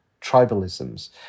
tribalisms